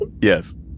Yes